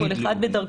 כל אחד בדרכו.